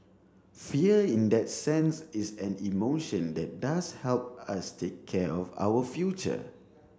fear in that sense is an emotion that does help us take care of our future